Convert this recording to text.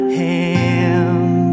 hand